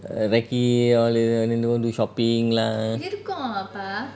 err recce al~ then go do shopping lah